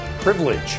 privilege